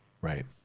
Right